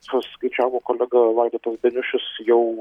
suskaičiavo kolega vaidotas beniušis jau